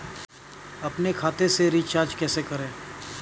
अपने खाते से रिचार्ज कैसे करें?